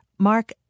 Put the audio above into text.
Mark